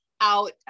out